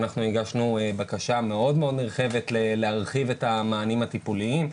אנחנו הגשנו בקשה מאוד נרחבת להרחיב את המענים הטיפוליים,